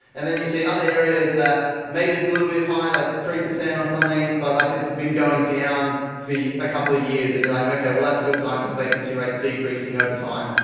and then you see other areas that maybe it's a little bit high, like three percent or something but like it's been going down for a couple of years and you're like, okay, that's a good sign because vacancy rate's decreasing over time.